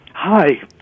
Hi